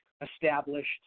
established